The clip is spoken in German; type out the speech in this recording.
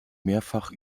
mehrfach